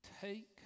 Take